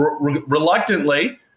reluctantly